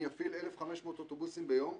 אני אפעיל 1,500 אוטובוסים ביום,